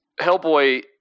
Hellboy